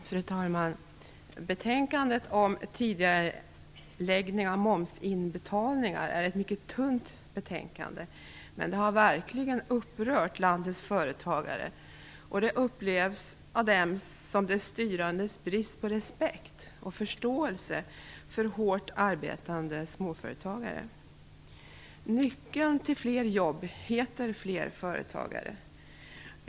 Fru talman! Betänkandet om tidigareläggning av momsinbetalningar är mycket tunt, men det har verkligen upprört landets företagare. Betänkandet upplevs som ett utslag av brist på respekt och förståelse från de styrandes sida för de hårt arbetande småföretagarna. Nyckeln till fler jobb är fler företagare.